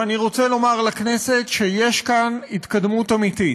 ואני רוצה לומר לכנסת שיש כאן התקדמות אמיתית.